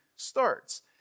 starts